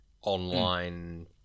online